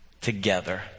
together